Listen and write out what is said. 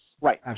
Right